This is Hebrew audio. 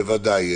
ודאי.